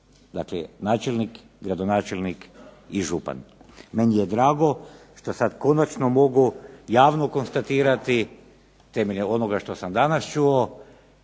Dakle, načelnik, gradonačelnik i župan. Meni je drago što sada konačno mogu javno konstatirati temeljem onoga što sam danas čuo,